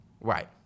Right